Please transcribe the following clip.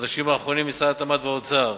בחודשים האחרונים משרד התמ"ת והאוצר